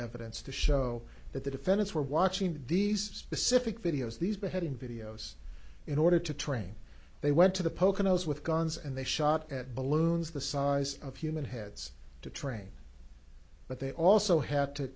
evidence to show that the defendants were watching these specific videos these beheading videos in order to train they went to the poconos with guns and they shot at balloons the size of human heads to train but they also had to